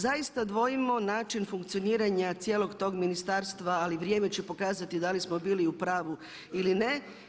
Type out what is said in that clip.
Zaista dvojimo način funkcioniranja cijelog tom ministarstva ali vrijeme će pokazati da li smo bili u pravu ili ne.